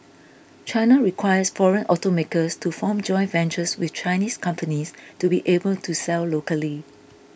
China requires foreign automakers to form joint ventures with Chinese companies to be able to sell locally